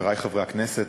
חברי חברי הכנסת,